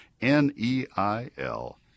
N-E-I-L